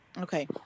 okay